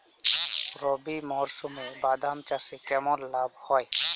রবি মরশুমে বাদাম চাষে কেমন লাভ হয়?